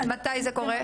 מתי זה קורה?